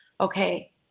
okay